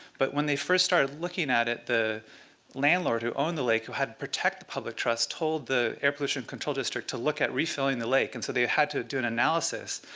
but when they first started looking at it, the landlord who owned the lake, who had to protect the public trust, told the air pollution control district to look at refilling the lake. and so they had to do an analysis.